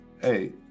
hey